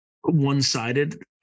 one-sided